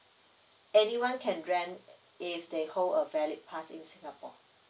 anyone can rent if they hold a valid pass in singapore